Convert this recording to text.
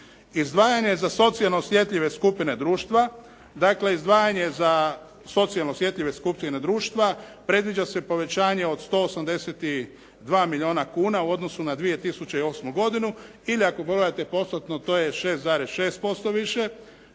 izdvajanje za socijalno osjetljive skupine društva, predviđa se povećanje od 182 milijuna kuna u odnosu na 2008. godinu ili ako gledate postotno to je 6,6% više,